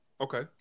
Okay